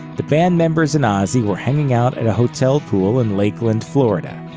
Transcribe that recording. the band members and ozzy were hanging out at a hotel pool in lakeland, florida.